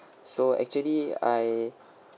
so actually I